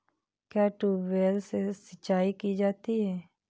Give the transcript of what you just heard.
क्या ट्यूबवेल से सिंचाई की जाती है?